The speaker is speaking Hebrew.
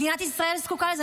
מדינת ישראל זקוקה לזה,